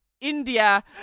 India